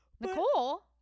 Nicole